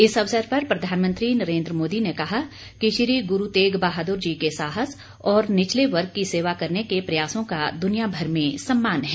इस अवसर पर प्रधानमंत्री नरेन्द्र मोदी ने कहा कि श्री गुरु तेग बहादूर जी के साहस और निचले वर्ग की सेवा करने के प्रयासों का दूनियाभर में सम्मान है